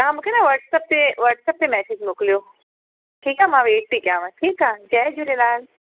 तव्हां मूंखे न वॉट्सप ते वॉट्सप ते मैसिज मोकिलियो ठीकु आहे मां वेट थी कयांव ठीकु आहे जय झूलेलाल